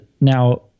now